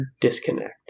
disconnect